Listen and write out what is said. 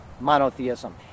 monotheism